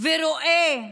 ורואה